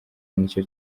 nicyo